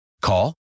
Call